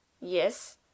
Yes